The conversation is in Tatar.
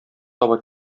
таба